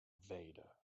vader